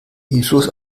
hilflos